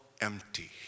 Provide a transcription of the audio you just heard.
empty